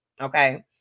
okay